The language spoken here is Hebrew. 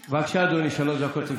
בבקשה, אדוני, שלוש דקות לרשותך.